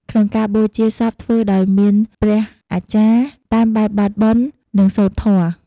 ក្នុងការបូជាសពធ្វើដោយមានព្រះអាចារ្យ តាមបែបបទបុណ្យ និងសូត្រធម៌។